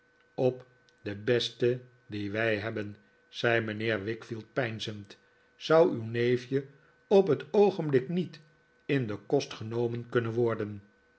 op de beste die wij hebben zei mijnheer wickfield peinzend zou uw neef je op het oogenblik niet in den kost genomen kunnen worden